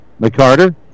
McCarter